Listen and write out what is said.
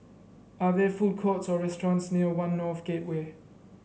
are there food courts or restaurants near One North Gateway